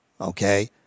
okay